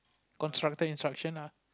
construct the instruction